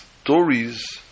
stories